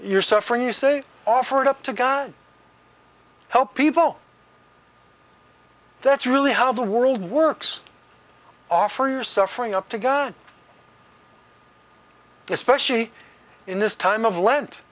you're suffering you say offer it up to god help people that's really how the world works offer your suffering up to god especially in this time of lent